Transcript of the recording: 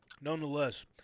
Nonetheless